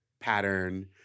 pattern